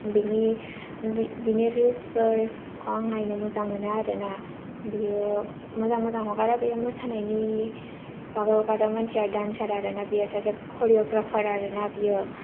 बिनि रिल्सफोरखौ आं नायनो मोजां मोनो आरोना बियो मोजां मोजां हगारो बियो मोसानायनि बागै हगारो मानसिया दान्सार आरोना बियो सासे करिव'ग्राफार आरोना बियो